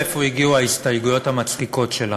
מאיפה הגיעו ההסתייגויות המצחיקות שלנו.